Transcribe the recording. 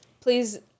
please